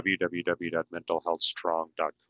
www.mentalhealthstrong.com